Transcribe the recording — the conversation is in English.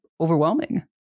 overwhelming